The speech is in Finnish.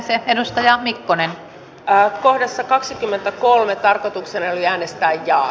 kari uotila vas li anderssonin vas kannattamana yleisperustelut